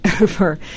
over